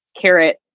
carrot